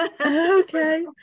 Okay